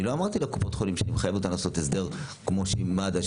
אני לא אמרתי לקופות החולים שנחייב אותן לעשות הסדר כמו עם מד"א,